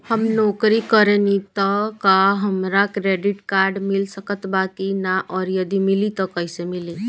हम नौकरी करेनी त का हमरा क्रेडिट कार्ड मिल सकत बा की न और यदि मिली त कैसे मिली?